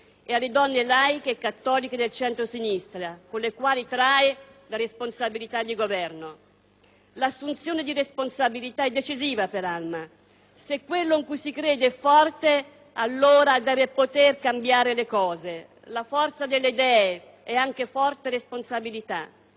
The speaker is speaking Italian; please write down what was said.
e alle donne laiche e cattoliche del centrosinistra, con le quali trae la responsabilità di Governo. L'assunzione di responsabilità è decisiva per Alma. Se quello in cui si crede è forte, allora deve poter cambiare le cose. La forza delle idee è anche forte responsabilità.